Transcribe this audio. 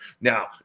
Now